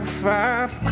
five